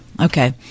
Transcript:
Okay